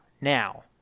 now